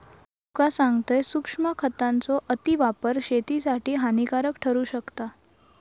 तुका सांगतंय, सूक्ष्म खतांचो अतिवापर शेतीसाठी हानिकारक ठरू शकता